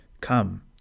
Come